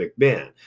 McMahon